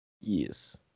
yes